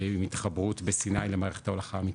עם התחברות בסיני למערכת הולכה מצרית.